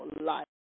life